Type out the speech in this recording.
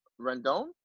Rendon